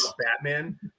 batman